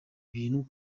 bintu